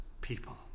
people